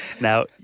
Now